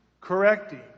correcting